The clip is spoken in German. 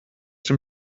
dem